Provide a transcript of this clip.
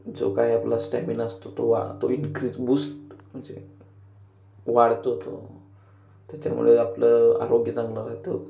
जो काय आपला स्टॅमिना असतो तो वा तो इन्क्रीज बूस्ट म्हणजे वाढतो तो त्याच्यामुळे आपलं आरोग्य चांगला राहतो